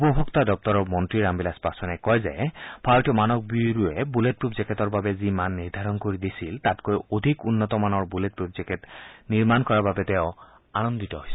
উপভোক্তা দপ্তৰৰ মন্ত্ৰী ৰামবিলাস পাছোৱানে কয় যে ভাৰতীয় মানক ব্যুৰৱে বুলেটপ্ৰফ জেকেটৰ বাবে যি মান নিৰ্ধাৰণ কৰি দিছিল তাতকৈ অধিক উন্নত মানৰ বুলেটপ্ৰফ জেকেট তৈয়াৰ কৰাৰ বাবে তেওঁ আনন্দিত হৈছে